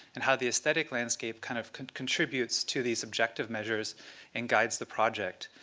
and how the aesthetic landscape kind of contributes to these objective measures and guides the project.